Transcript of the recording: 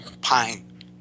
Pine